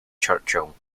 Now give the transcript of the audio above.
churchill